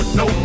no